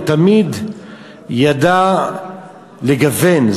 הוא תמיד ידע לגוון,